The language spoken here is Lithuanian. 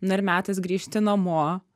na ir metas grįžti namo